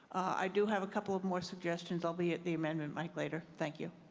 i do have a couple of more suggestions. i'll be at the amendment mic later. thank you